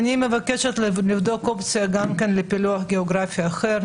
דת יהודיים): אני מבקשת לבדוק אופציה גם לפילוח גיאוגרפי אחר.